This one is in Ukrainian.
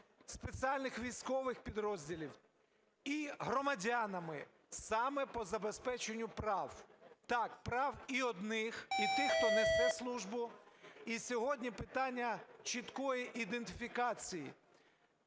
спеціальних військових підрозділів і громадянами саме по забезпеченню прав, так, прав і одних і тих, хто несе службу. І сьогодні питання чіткої ідентифікації